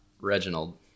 Reginald